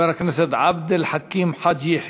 חבר הכנסת עבד אל חכים חאג' יחיא.